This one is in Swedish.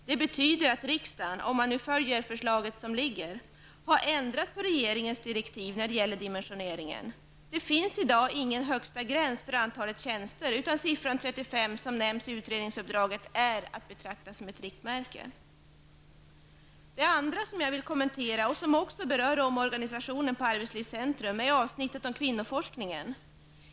Det betyder att riksdagen -- om man följer det förslag som ligger -- har ändrat regeringens direktiv när det gäller dimensioneringen. Det finns i dag ingen högsta gräns för antalet tjänster, utan siffran 35, som nämns i utredningsuppdraget, är att betrakta som ett riktmärke. Det andra som jag vill kommentera, som också berör omorganisationen på arbetslivscentrum, är avsnittet om kvinnoforskningen.